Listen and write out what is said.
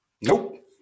Nope